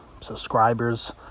subscribers